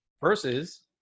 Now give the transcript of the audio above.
versus